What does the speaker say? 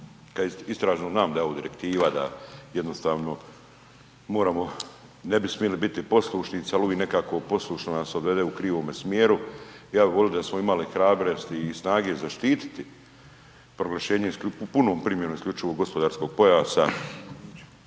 o istražnom, znam da je ovo direktiva, da jednostavno moramo ne bi smili biti poslušnici, ali uvik nekako poslušno nas odvede u krivome smjeru, ja bih volio da smo imali hrabrosti i snage zaštititi u punom primjenu isključivog gospodarskog pojasa